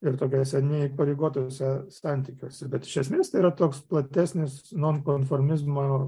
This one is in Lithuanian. ir tokiuose neįpareigotuose santykiuose bet iš esmės yra toks platesnis nonkonformizmo